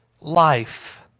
life